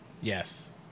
Yes